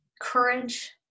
courage